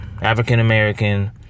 African-American